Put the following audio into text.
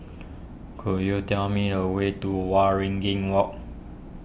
could you tell me a way to Waringin Walk